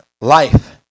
life